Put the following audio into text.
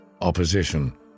Opposition